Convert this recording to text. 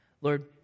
Lord